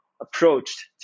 approached